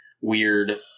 weird